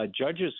judges